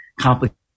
complicated